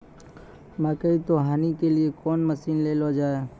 मकई तो हनी के लिए कौन मसीन ले लो जाए?